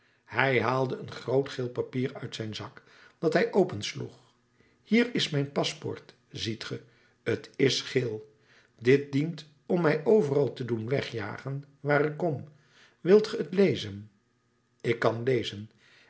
hij haalde een groot geel papier uit zijn zak dat hij opensloeg hier is mijn paspoort ziet ge t is geel dit dient om mij overal te doen wegjagen waar ik kom wilt ge t lezen ik kan lezen